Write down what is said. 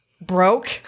broke